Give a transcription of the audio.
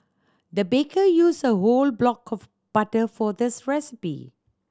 the baker used a whole block of butter for this recipe